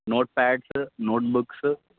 notepads notebooks